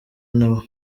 nabo